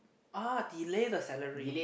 ah delay the salary